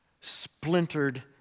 splintered